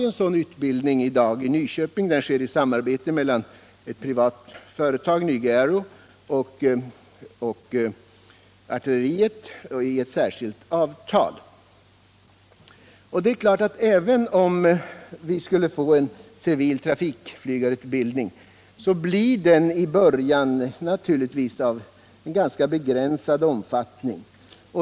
En sådan utbildning ges i Nyköping i samarbete mellan ett civilt företag, Nyge-Aero, och artilleriet genom ett särskilt avtal. Även om vi skulle få en civil trafikflygarutbildning, blir den i början naturligtvis av ganska begränsad omfattning.